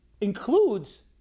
includes